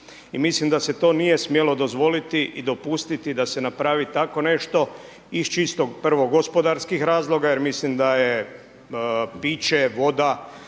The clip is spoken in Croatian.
mislim da se to nije smjelo dozvoliti i dopustiti da se napravi tako nešto iz čisto, prvo gospodarskih razloga jer mislim da je piće voda